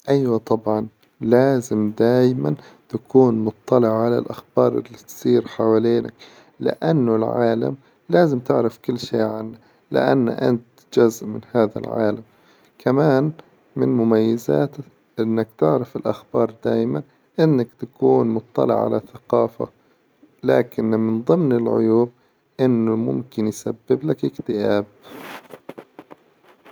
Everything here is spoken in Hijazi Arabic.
أيوه طبعا لازم دايما تكون متطلع على الأخبار إللي تصير حوالينك، لأن العالم لازم تعرف كل شي عنه، لأن أنت جزء من هذا العالم كمان من مميزات إنك تعرف الأخبار دايما، إنك تكون متطلع على ثقافة لكن من ظمن العيوب إنه ممكن يسبب لك اكتئاب.